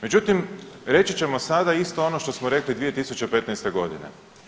Međutim, reći ćemo sada isto ono što smo rekli 2015. godine.